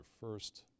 first